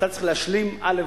אתה צריך להשלים א',